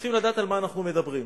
צריכים לדעת על מה אנחנו מדברים.